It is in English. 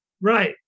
Right